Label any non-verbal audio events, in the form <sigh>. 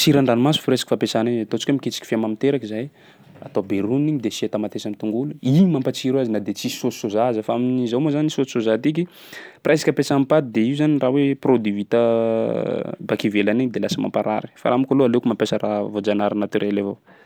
Sira an-dranomasy fresque fampiasanay, ataontsika hoe miketriky fia mamiteraky zahay, atao be roniny igny de asia tamatesa am'tongolo, igny mampatsiro azy na de tsisy saosy soja aza, fa amin'izao moa zany saosy soja tiky, presque ampiasà am'paty de io zany raha hoe produit vita <hesitation> baka ivelany igny de lasa mampaharary fa laha amiko aloha aleoko mampiasa raha voajanahary matériel avao.